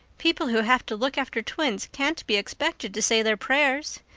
people who have to look after twins can't be expected to say their prayers.